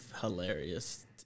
hilarious